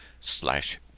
slash